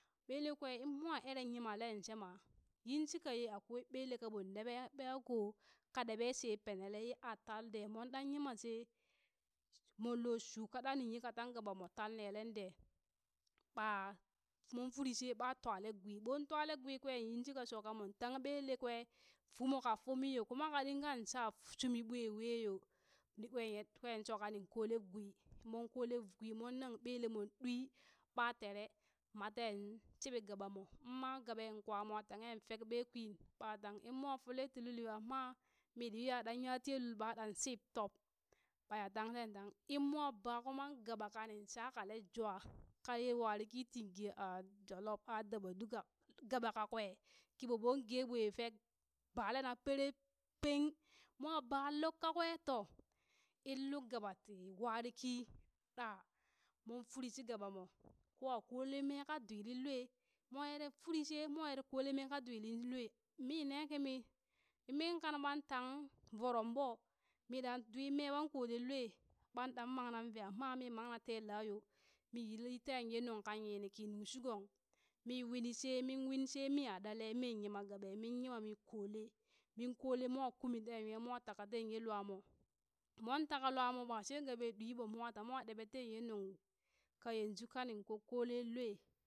Ɓelee kwee in mwa erre yimaleen sheema yinshika ye akwai ɓele ka ɓon ɗeɓee ɓeyako ka ɗeɓe shee penele, ye artal dee moon ɗan yima she moon loo shuu kada nin yika tangh gong moo tal neelee dee ɓaa moon firi shee ɓaa aa twalee gwee bon twalee gwee kwee yin shika shoka moon tangh ɓele kwee fuumo ka fumiyo, kuma ka ɗingan sha shumi bwa wee yo ni ɓmwe kween shoka nin kolee gwii, mon kole gwii mon nang ɓele mon ɗwi ɓaa tere mat teen shiɓi gaba moo in ma gaɓe kwa mwa tanghi fek ɓee kwin ɓa tangh. in mwa folee ti lul yoo maa mia ɗan nya tiye lul ɓaa shiɓ tob ɓa ya tang tee tang in mwa ba kuman gaɓa kani shakale juu ka wariki tin gee a jolob, aa daɓa dukka lk gaɓa kakwee kiɓo ɓoon gee ɓoon fek balena perep peng mwa baa lukka kwee to in luk gaba ti wari kii ɗa moon firii shi gaɓa mo koo a kolee mee ka dwilin lwa moon eree firi she mwa ere kolee mee kaa dwiliŋ lwa, mi nee kimi min kan ɓan tang voroŋ ɓo mi ɗan dwi mee ɓan kooleeŋ lwee, ɓaan ɗan mang naŋ vee amma mii mang na te laa yoo, mi yili tee yee nukka yiini kii nuŋ shigong mii winii shee min winshee mi haɗale min yima gaɓe min yima mi koolee min kolee mwa kumi teen nywa mwa taka teen yee lwa moo moon taka lwaa mo ba she gaɓe ɗwi bo mwa ta mwa ɗeɓee tee yee nunka yanzu kanin kokkole lwe,